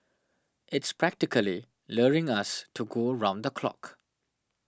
it's practically luring us to go round the clock